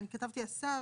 אני כתבתי "השר",